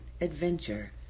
adventure